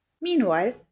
Meanwhile